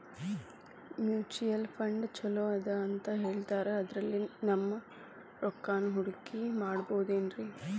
Mutual fund ಛಲೋ ಅದಾ ಅಂತಾ ಹೇಳ್ತಾರ ಅದ್ರಲ್ಲಿ ನಮ್ ರೊಕ್ಕನಾ ಹೂಡಕಿ ಮಾಡಬೋದೇನ್ರಿ?